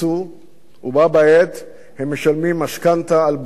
ובה בעת הם משלמים משכנתה על בתים צנועים,